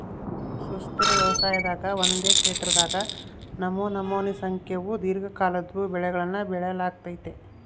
ಸುಸ್ಥಿರ ವ್ಯವಸಾಯದಾಗ ಒಂದೇ ಕ್ಷೇತ್ರದಾಗ ನಮನಮೋನಿ ಸಂಖ್ಯೇವು ದೀರ್ಘಕಾಲದ್ವು ಬೆಳೆಗುಳ್ನ ಬೆಳಿಲಾಗ್ತತೆ